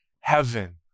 heaven